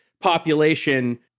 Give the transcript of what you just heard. population